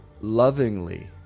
lovingly